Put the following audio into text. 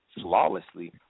flawlessly